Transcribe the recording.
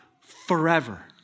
forever